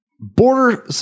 border